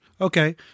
okay